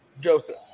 Joseph